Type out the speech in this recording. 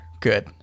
Good